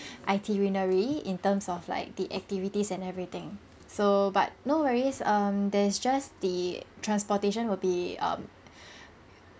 itinerary in terms of like the activities and everything so but no worries um there's just the transportation will be um